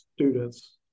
students